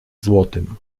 złotem